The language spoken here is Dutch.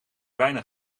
bijna